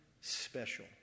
special